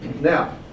Now